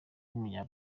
w’umunya